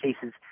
cases